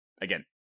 again